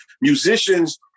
Musicians